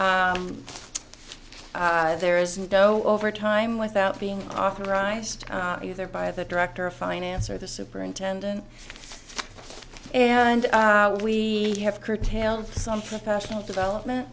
whatever there is no overtime without being authorized either by the director of finance or the superintendent and we have curtailed some professional development